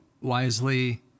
wisely—